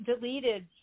deleted